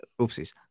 Oopsies